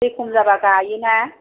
दै खम जाब्ला गायो ना